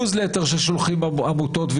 אם זה בניוזלטר ששולחים ארגונים ועמותות,